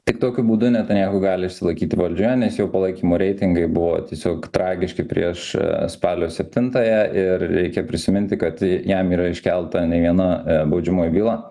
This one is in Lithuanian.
tik tokiu būdu netanyahu gali išsilaikyti valdžioje nes jo palaikymo reitingai buvo tiesiog tragiški prieš spalio septintąją ir reikia prisiminti kad i jam yra iškelta ne viena baudžiamoji byla